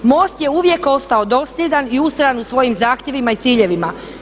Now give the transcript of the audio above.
MOST je uvijek ostao dosljedan i ustrajan u svojim zahtjevima i ciljevima.